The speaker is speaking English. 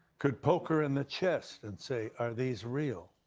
could poke her in the chest and say, are these real?